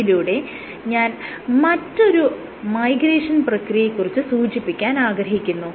ഇതിലൂടെ ഞാൻ മറ്റൊരു മൈഗ്രേഷൻ പ്രക്രിയയെ കുറിച്ച് സൂചിപ്പിക്കാൻ ആഗ്രഹിക്കുന്നു